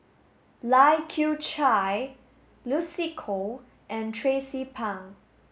Lai Kew Chai Lucy Koh and Tracie Pang